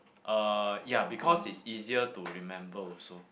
uh ya because it's easier to remember also